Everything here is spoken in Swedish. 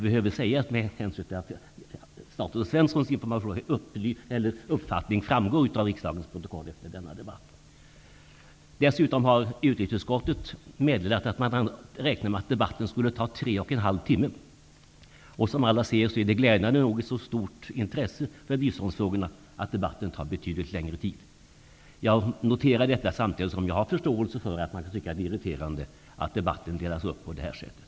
En sådan debatt inleddes dagen med. Dessutom har utrikesutskottet meddelat att man räknade med att debatten skulle ta tre och en halv timme. Som alla ser är det glädjande nog ett så stort intresse för biståndsfrågorna att debatten kommer att ta betydligt längre tid. Jag noterar detta samtidigt som jag har förståelse för att man kan tycka att det är irriterande att debatten delas upp på det här sättet.